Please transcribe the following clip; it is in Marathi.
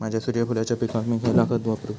माझ्या सूर्यफुलाच्या पिकाक मी खयला खत वापरू?